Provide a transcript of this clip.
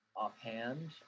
Offhand